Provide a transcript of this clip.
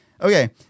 Okay